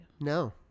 No